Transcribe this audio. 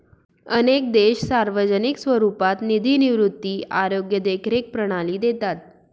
अनेक देश सार्वजनिक स्वरूपात निधी निवृत्ती, आरोग्य देखरेख प्रणाली देतात